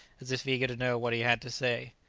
as if eager to know what he had to say.